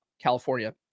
California